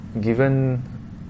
Given